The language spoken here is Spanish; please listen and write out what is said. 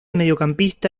mediocampista